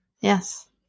Yes